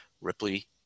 Ripley